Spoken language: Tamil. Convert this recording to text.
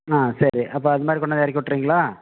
ஆ சரி அப்போ அதுமாதிரி கொண்டாந்து இறக்கி விட்றீங்களா